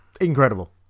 Incredible